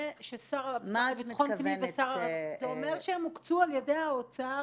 זה ששר -- מה את מתכוונת --- זה אומר שהם הוקצו על ידי האוצר